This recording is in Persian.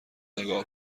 نگاه